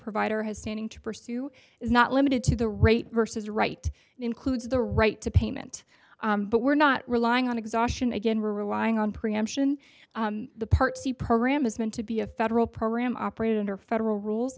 provider has standing to pursue is not limited to the rate versus right includes the right to payment but we're not relying on exhaustion again we're relying on preemption the part c program is meant to be a federal program operated under federal rules